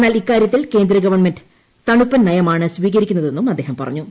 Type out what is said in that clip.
എന്നാൽ ഇക്കാര്യത്തിൽ കേന്ദ്ര ഗവൺമെന്റ് തണുപ്പൻ നയമാണ് സ്വീകരിക്കുന്നതെന്നും അദ്ദേഹം പറഞ്ഞു